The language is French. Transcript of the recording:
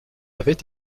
avait